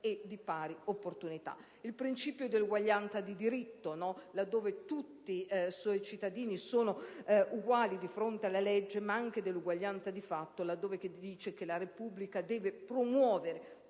il principio di uguaglianza di diritto, laddove tutti i cittadini sono uguali di fronte alla legge, ma anche dell'uguaglianza di fatto laddove si dice che la Repubblica deve promuovere